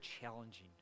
challenging